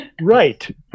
right